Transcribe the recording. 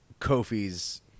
Kofi's